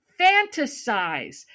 fantasize